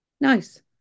Nice